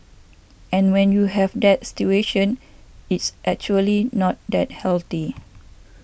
and when you have that situation it's actually not that healthy